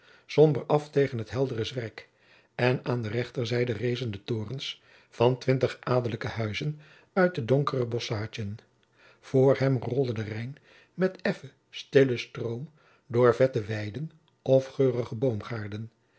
lennep de pleegzoon het heldere zwerk en aan de rechterzijde rezen de torens van twintig adelijke huizen uit de donkere bosschaadjen voor hem rolde de rijn met effen stillen stroom door vette weiden of geurige boomgaarden